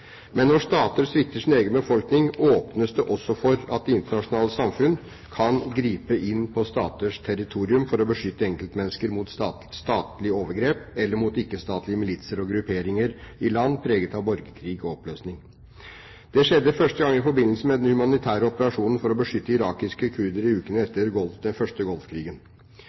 Men når stater svikter sin egen befolkning, åpnes det også for at det internasjonale samfunn kan gripe inn på staters territorium for å beskytte enkeltmennesker mot statlig overgrep eller mot ikke-statlige militser og grupperinger i land preget av borgerkrig og oppløsning. Det skjedde første gang i forbindelse med den humanitære operasjonen for å beskytte irakiske kurdere i ukene etter den første